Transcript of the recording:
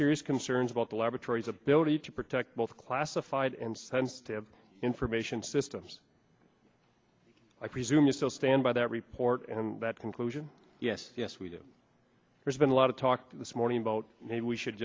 serious concerns about the laboratories ability to protect both classified and sensitive information systems i presume you still stand by that report and that conclusion yes yes we do there's been a lot of talk this morning about maybe we should